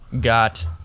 got